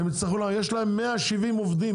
יש להם 180 עובדים,